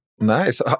Nice